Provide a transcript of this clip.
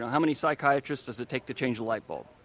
how many psychiatrists does it take to change light bulb?